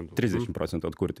trisdešim procentų atkurti